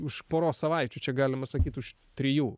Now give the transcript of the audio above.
už poros savaičių čia galima sakyt už trijų